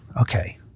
okay